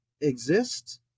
exist